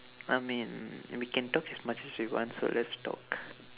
I mean we can talk as much as we want so let's talk